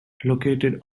located